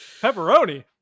Pepperoni